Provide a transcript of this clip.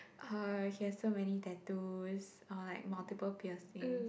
uh he has too many tattoos uh like multiples piercings